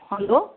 hello